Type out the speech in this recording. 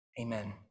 amen